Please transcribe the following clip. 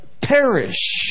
perish